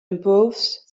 improves